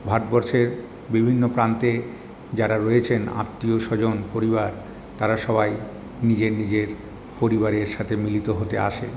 ভারতবর্ষের বিভিন্ন প্রান্তে যারা রয়েছেন আত্মীয় স্বজন পরিবার তারা সবাই নিজের নিজের পরিবারের সাথে মিলিত হতে আসে